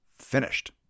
finished